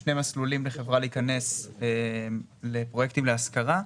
שני מסלולים לחברה להיכנס לפרויקטים להשכרה,